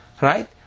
right